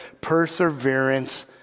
perseverance